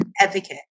advocate